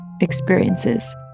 experiences